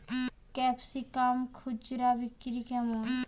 Capsicum খুচরা বিক্রি কেমন?